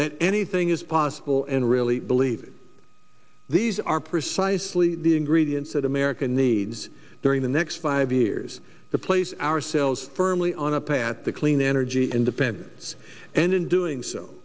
that anything is possible and i really believe these are precisely the ingredients that america needs during the next five years the place ourselves firmly on a path to clean energy independence and in doing so